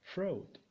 Fraud